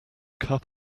cup